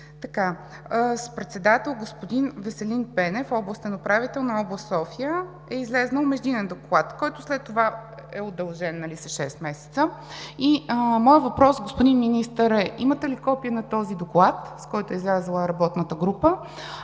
С председател господин Веселин Пенев – областен управител на област София, е излязъл междинен доклад, който след това е удължен с шест месеца. Моят въпрос, господин Министър, е имате ли копие на този доклад, с който е излязла работната група,